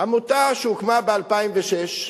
עמותה שהוקמה ב-2006,